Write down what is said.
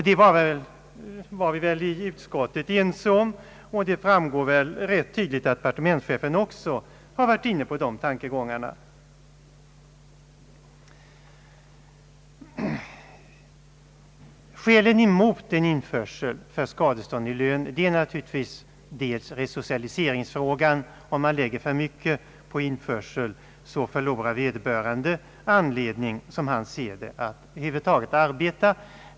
Det var vi väl ense om i utskottet, och det framgår rätt tydligt att departementschefen också varit inne på de tankegångarna. Skälen mot införsel för skadestånd har naturligtvis att göra med frågan om resocialiseringen. Om man tar för mycket i införsel, förlorar vederbörande anledning, som han ser det, att över huvud taget arbeta.